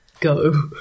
go